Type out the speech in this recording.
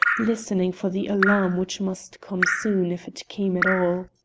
listening for the alarm which must come soon if it came at all.